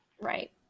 Right